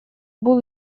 бул